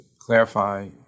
clarify